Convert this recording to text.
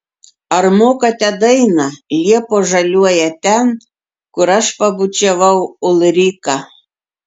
ar mokate dainą liepos žaliuoja ten kur aš pabučiavau ulriką